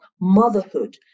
motherhood